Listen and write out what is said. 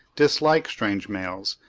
dislike strange males,